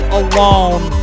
alone